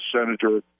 Senator